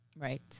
Right